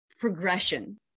progression